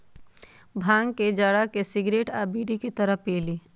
भांग के जरा के सिगरेट आ बीड़ी के तरह पिअईली